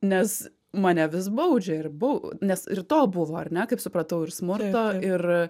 nes mane vis baudžia ir bau nes ir to buvo ar ne kaip supratau ir smurto ir